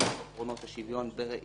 ושופט יצא לגמלאות, והיה